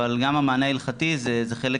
אבל גם המענה ההלכתי זה חלק